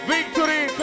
Victory